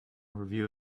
review